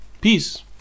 peace